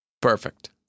Perfect